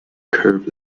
curve